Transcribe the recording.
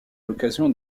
l’occasion